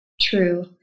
True